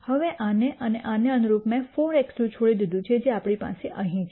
હવે અને આને અનુરૂપ મેં 4 x2 છોડી દીધું છે જે આપણી પાસે અહીં છે